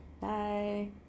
Bye